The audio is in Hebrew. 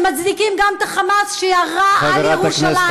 שמצדיקים גם את ה"חמאס" שירה על ירושלים,